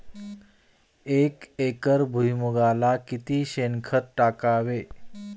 एक एकर भुईमुगाला किती शेणखत टाकावे?